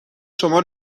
شما